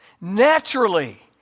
Naturally